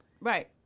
Right